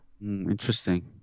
Interesting